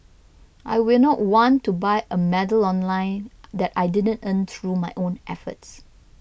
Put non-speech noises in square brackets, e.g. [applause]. I will not want to buy a medal online [noise] that I didn't earn through my own efforts